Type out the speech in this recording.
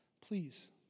please